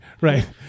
Right